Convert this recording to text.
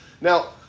Now